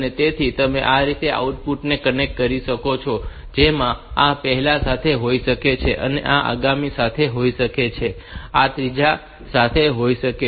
તેથી તમે આ રીતે આઉટપુટ ને કનેક્ટ કરી શકો છો જેમાં આ પહેલા સાથે હોઈ શકે છે અને આ આગામી સાથે હોઈ શકે છે આ ત્રીજા સાથે હોઈ શકે છે